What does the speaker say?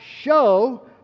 show